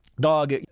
dog